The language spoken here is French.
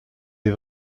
les